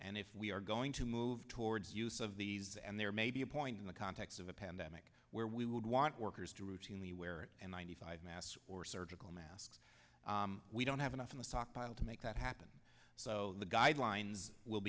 and if we are going to move towards use of these and there may be a point in the context of a pandemic where we would want workers to routinely wear and ninety five masks or surgical masks we don't have enough in the stockpile to make that happen so the guidelines w